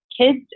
kids